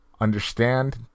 understand